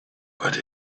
but